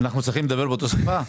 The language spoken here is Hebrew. אנחנו צריכים לדבר באותה שפה?